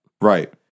right